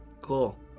Cool